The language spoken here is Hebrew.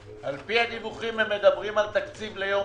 על פי הדיווחים הם דנים על תקציב ליום